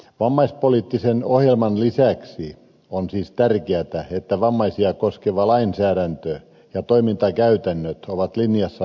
vammaispoliittisen ohjelman lisäksi on siis tärkeätä että vammaisia koskeva lainsäädäntö ja toimintakäytännöt ovat linjassa yleissopimuksen kanssa